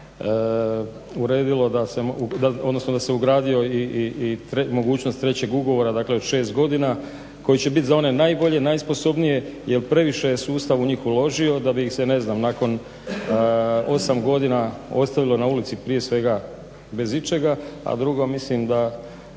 uredilo da se ugradio i mogućnost trećeg ugovora dakle od 6 godina koji će biti za one najbolje, najsposobnije jel previše je sustav u njih uložio da bi ih se nakon 8 godina ostavilo na ulici prije svega bez ičega, a drugo mislim da